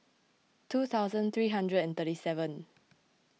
two thousand three hundred and thirty seven